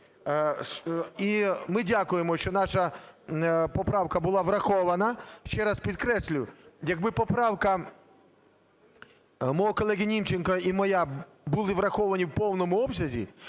І ми дякуємо, що наша поправка була врахована. Ще раз підкреслюю, якби поправка мого колеги Німченка і моя були враховані в повному обсязі,